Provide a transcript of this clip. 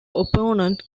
opponent